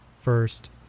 First